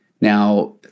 Now